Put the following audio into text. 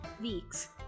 weeks